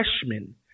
freshmen